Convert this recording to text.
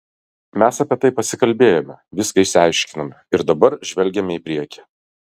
mes apie tai pasikalbėjome viską išsiaiškinome ir dabar žvelgiame į priekį